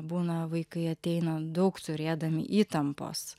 būna vaikai ateina daug turėdami įtampos